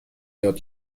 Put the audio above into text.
یاد